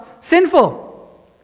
sinful